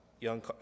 young